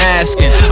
asking